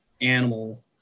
animal